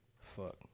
Fuck